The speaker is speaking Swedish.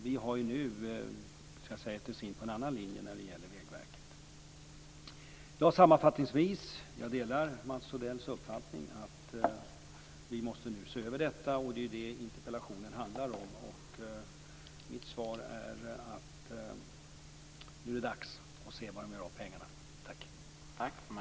Vi har nu gett oss in på en annan linje när det gäller Vägverket. Sammanfattningsvis delar jag Mats Odells uppfattning att vi måste se över detta, och det är ju det som interpellationen handlar om. Mitt svar är att det nu är dags att se var man gör av pengarna.